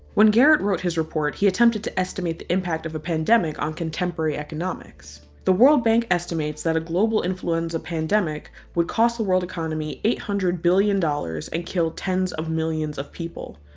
when garrett wrote his report, he attempted to estimate the impact of a pandemic on contemporary economics the world bank estimates that a global influenza pandemic would cost the world economy eight hundred billion dollars and kill tens-of-millions of people.